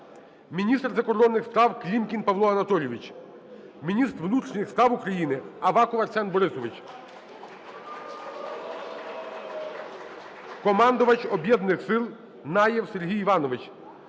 Міністр закордонних справ Клімкін Павло Анатолійович. Міністр внутрішніх справ України Аваков Арсен Борисович. (Оплески) Командувач Об'єднаних сил Наєв Сергій Іванович.